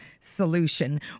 Solution